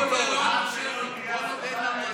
עד שלא תהיינה הסכמות,